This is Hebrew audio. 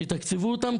שיתקצבו אותם,